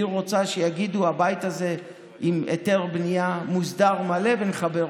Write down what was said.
היא רוצה שיגידו: הבית הזה עם היתר בנייה מוסדר מלא ונחבר אותו.